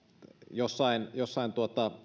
jossain jossain